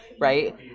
Right